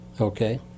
Okay